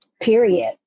period